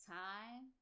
time